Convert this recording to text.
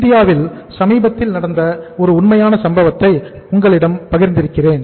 இந்தியாவில் சமீபத்தில் நடந்த ஒரு உண்மையான சம்பவத்தை உங்களிடம் பகிர்ந்திருக்கிறேன்